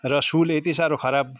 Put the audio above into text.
र सोल यति साह्रो खराब